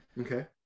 Okay